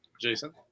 Jason